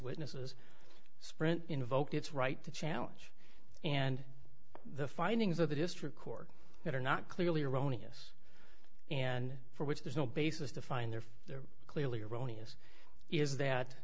witnesses sprint invoked its right to challenge and the findings of the district court that are not clearly erroneous and for which there's no basis to find there are clearly erroneous is that